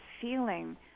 feeling